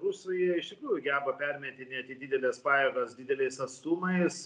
rusija iš tikrųjų geba permetinėti dideles pajėgas dideliais atstumais